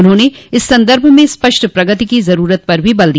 उन्होंने इस संदर्भ में स्पष्ट प्रगति की जरूरत पर भी बल दिया